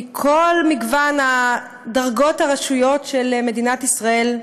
מכל מגוון דרגות הרשויות של מדינת ישראל,